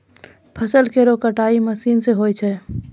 फसल केरो कटाई मसीन सें होय छै